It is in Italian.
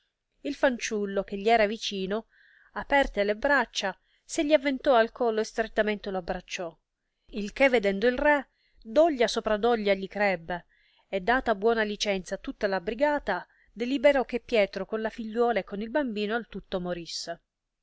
il fanciullo che gli era vicino aperte le braccia se gli aventò al collo e strettamente lo abbracciò il che vedendo il re doglia sopra doglia li crebbe e data buona licenza a tutta la brigata deliberò che pietro con la figliuola e con il bambino al tutto morisse